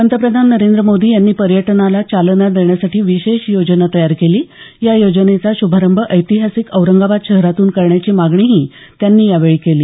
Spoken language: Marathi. पंतप्रधान नरेंद्र मोदी यांनी पर्यटनाला चालना देण्यासाठी विशेष योजना तयार केली या योजनेचा शुभारंभ ऐतिहासिक औरंगाबाद शहरातून करण्याची मागणीही त्यांनी यावेळी केली